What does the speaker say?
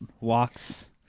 walks